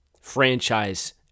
Franchise